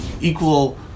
equal